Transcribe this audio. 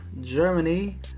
Germany